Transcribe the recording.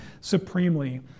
supremely